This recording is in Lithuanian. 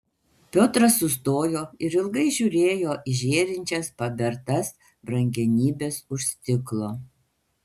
piotras sustojo ir ilgai žiūrėjo į žėrinčias pabertas brangenybes už stiklo